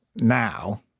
now